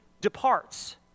departs